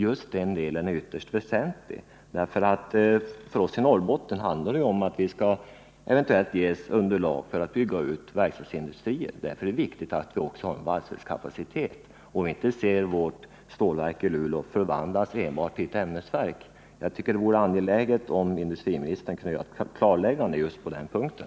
Just den delen är ytterst väsentlig, eftersom det för oss i Norrbotten handlar om att vi eventuellt skall ges ett underlag för att bygga ut verkstadsindustrin. Därför är det viktigt att vi också har en valsverkskapacitet, om vi inte vill se vårt stålverk i Luleå förvandlas enbart till ett ämnesverk. Jag tycker det vore angeläget att industriministern gjorde ett klarläggande just på den punkten.